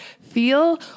feel